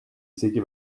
isegi